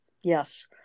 Yes